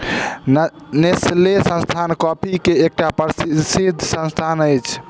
Nestle संस्थान coffee के एकटा प्रसिद्ध संस्थान अछि